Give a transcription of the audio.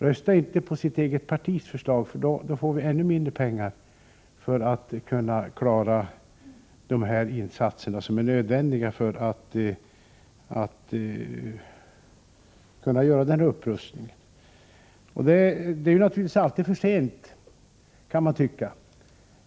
Rösta inte på det egna partiets förslag, för då får vi ännu mindre pengar till att klara den nödvändiga upprustningen. Naturligtvis kan man alltid tycka att det är för sent.